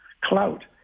clout